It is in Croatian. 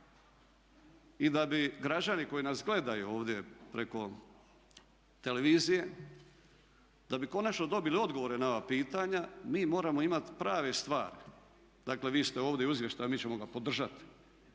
i da bi građani koji nas gledaju ovdje preko televizije, da bi konačno dobili odgovore na ova pitanja mi moramo imati prave stvari. Dakle, vi ste ovdje u izvještaju, mi ćemo ga podržati